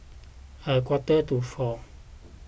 a quarter to four